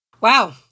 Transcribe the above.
Wow